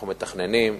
אנחנו מתכננים,